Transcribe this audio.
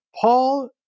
Paul